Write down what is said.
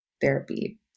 therapy